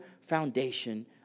foundation